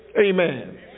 Amen